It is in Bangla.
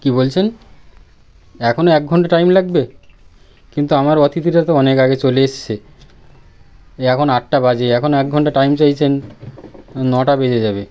কী বলছেন এখনও এক ঘণ্টা টাইম লাগবে কিন্তু আমার অতিথিরা তো অনেক আগে চলে এসেছে এই এখন আটটা বাজে এখনও এক ঘণ্টা টাইম চাইছেন নটা বেজে যাবে